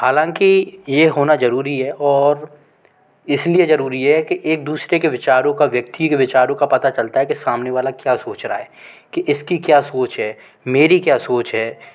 हालांकि ये होना ज़रूरी है और इस लिए ज़रूरी है कि एक दूसरे के विचारों का व्यक्ति के विचारों का पता चलता हैं कि सामने वाला क्या सोच रहा है कि इसकी क्या सोच है मेरी क्या सोच है